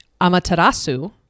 Amaterasu